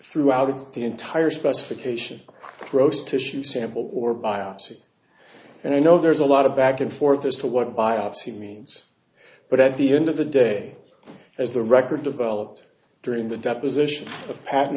throughout the entire specification gross tissue sample or biopsy and i know there's a lot of back and forth as to what biopsy means but at the end of the day as the record developed during the deposition